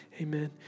Amen